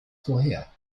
vorher